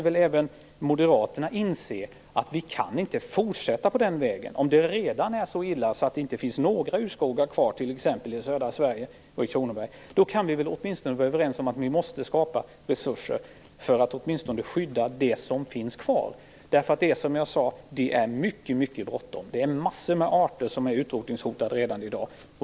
Även Moderaterna måste väl inse att vi inte kan fortsätta på den vägen. Om det redan är så illa att det inte finns några urskogar kvar i t.ex. södra Sverige och Kronoberg, kan vi väl vara överens om att vi måste skapa resurser för att åtminstone skydda det som finns kvar. Som jag sade är det mycket, mycket bråttom. Det är massor av arter som är utrotningshotade redan i dag.